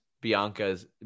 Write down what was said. Bianca's